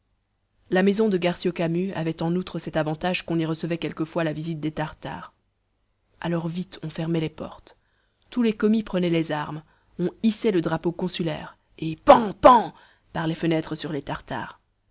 la maison de garcio camus avait en outre cet avantage qu'on y recevait quelquefois la visite des tartares alors vite on fermait les portes tous les commis prenaient les armes on page hissait le drapeau consulaire et pan pan par les fenêtres sur les tartares